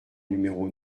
numéro